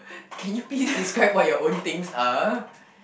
can you please describe what your own things are